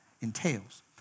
entails